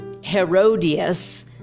Herodias